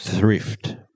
Thrift